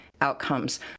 outcomes